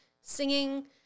singing